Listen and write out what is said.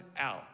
out